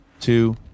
two